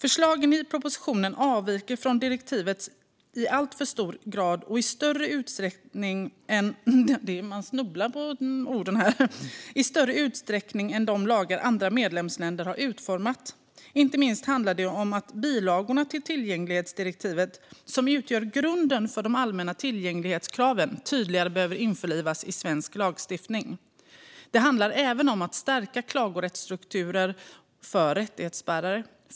Förslagen i propositionen avviker från direktivet i alltför hög grad och i större utsträckning än de lagar andra medlemsländer har utformat. Inte minst handlar det om att bilagorna till tillgänglighetsdirektivet, som utgör grunden för de allmänna tillgänglighetskraven, tydligare behöver införlivas i svensk lagstiftning. Det handlar även om att stärka klagorättsstrukturer för rättighetsbärare.